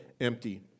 empty